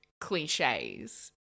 cliches